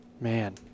man